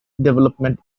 development